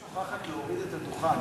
את שוכחת להוריד את הדוכן,